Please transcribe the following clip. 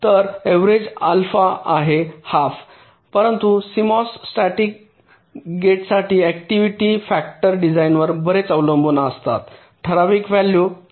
तर average half आहे परंतु सीएमओएस स्टॅटिक गेट्ससाठी ऍक्टिव्हिटी फॅक्टर डिझाइनवर बरेच अवलंबून असतात ठराविक व्हॅल्यू 0